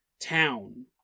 town